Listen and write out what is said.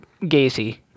Gacy